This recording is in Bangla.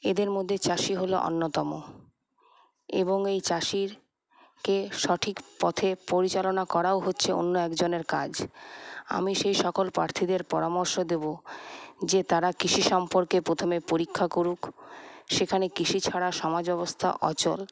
এদের মধ্যে চাষি হলো অন্যতম এবং এই চাষিকে সঠিক পথে পরিচালনা করাও হচ্ছে অন্য একজনের কাজ আমি সেই সকল প্রার্থীদের পরামর্শ দেব যে তারা কৃষি সম্পর্কে প্রথমে পরীক্ষা করুক সেখানে কৃষি ছাড়া সমাজ ব্যবস্থা অচল